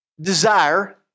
desire